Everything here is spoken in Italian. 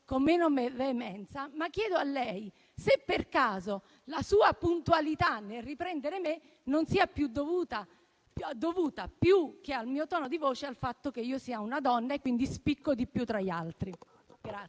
con meno veemenza, ma chiedo a lei se per caso la sua puntualità nel riprendere me non sia dovuta, più che al mio tono di voce, al fatto che io sia una donna e quindi spicco di più tra gli altri.